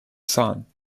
song